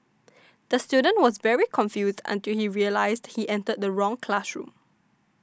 the student was very confused until he realised he entered the wrong classroom